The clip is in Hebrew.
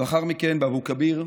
ולאחר מכן באבו כביר.